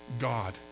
God